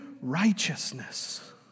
righteousness